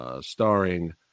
starring